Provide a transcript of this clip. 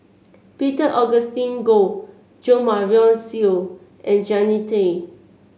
Peter Augustine Goh Jo Marion Seow and Jannie Tay